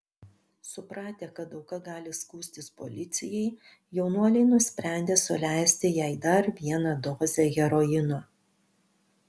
supratę kad auka gali skųstis policijai jaunuoliai nusprendė suleisti jai dar vieną dozę heroino